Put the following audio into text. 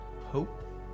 Hope